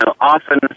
Often